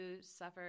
suffer